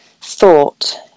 thought